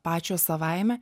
pačios savaime